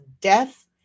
death